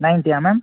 నైన్టీయా ma'am